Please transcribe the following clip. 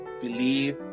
believe